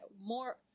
more